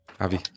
Avi